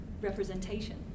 representation